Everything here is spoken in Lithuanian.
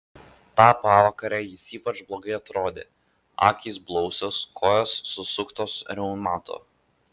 tą pavakarę jis ypač blogai atrodė akys blausios kojos susuktos reumato